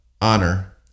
honor